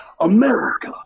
America